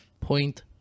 Point